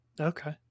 okay